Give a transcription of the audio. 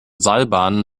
seilbahn